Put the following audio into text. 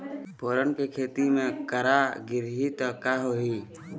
फोरन के खेती म करा गिरही त का होही?